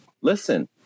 listen